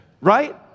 Right